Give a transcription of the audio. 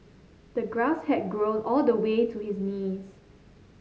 the grass had grown all the way to his knees